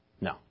No